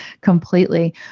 completely